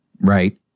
right